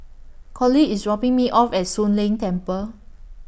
Collie IS dropping Me off At Soon Leng Temple